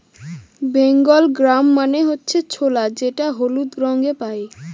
Bengal gram মানে হচ্ছে ছোলা যেটা হলুদ রঙে পাই